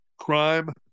crime